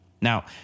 Now